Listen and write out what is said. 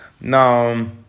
now